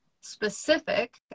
specific